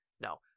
No